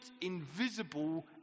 invisible